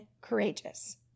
courageous